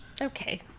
Okay